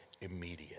immediate